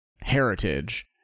heritage